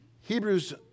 Hebrews